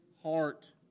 heart